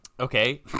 Okay